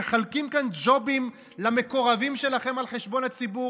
מחלקים כאן ג'ובים למקורבים שלכם על חשבון הציבור?